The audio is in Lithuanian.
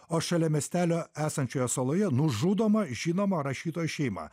o šalia miestelio esančioje saloje nužudoma žinoma rašytojo šeima